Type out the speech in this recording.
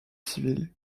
civil